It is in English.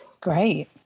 great